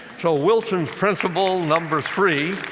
so wilson's principle number three